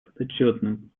подотчетным